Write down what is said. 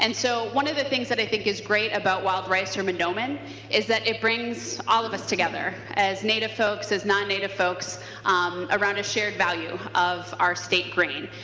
and so one of the things i think is great about wild rice um and um and is that it brings all of us together as native folks as non-native folks around a shared value of our states rain.